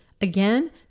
Again